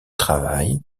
travail